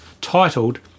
titled